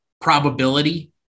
probability